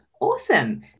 Awesome